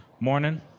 morning